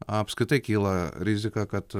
apskritai kyla rizika kad